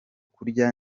kurya